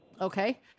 Okay